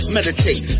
Meditate